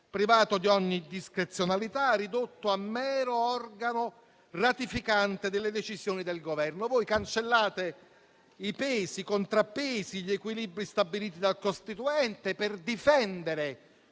privato di ogni discrezionalità, ridotto a mero organo ratificante delle decisioni del Governo. Voi cancellate i pesi, i contrappesi, gli equilibri stabiliti dal costituente per difendere